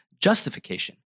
justification